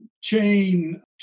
chain